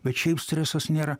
bet šiaip stresas nėra